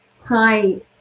Hi